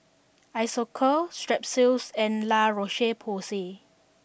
Isocal Strepsils and La Roche Porsay